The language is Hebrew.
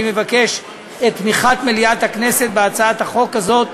אני מבקש את תמיכת מליאת הכנסת בהצעת החוק הזאת,